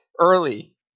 Early